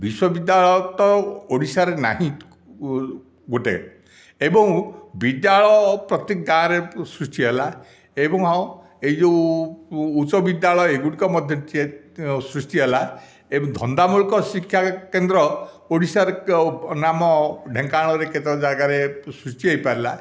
ବିଶ୍ୱବିଦ୍ୟାଳୟ ତ ଓଡିଶାରେ ନାହିଁ ଉଲ ଗୋଟିଏ ଏବଂ ବିଦ୍ୟାଳୟ ପ୍ରତି ଗାଁରେ ସୃଷ୍ଟି ହେଲା ଏବଂ ଏ ଯେଉଁ ଉଚ୍ଚ ବିଦ୍ୟାଳୟ ଏ ଗୁଡ଼ିକ ମଧ୍ୟ ସୃଷ୍ଟି ହେଲା ଧନ୍ଦାମୂଳକ ଶିକ୍ଷାକେନ୍ଦ୍ର ଓଡିଶା ରେ ନାମ ଢେଙ୍କାନାଳର କେତେଟା ଜାଗାରେ ସୃଷ୍ଟି ହୋଇପାରିଲା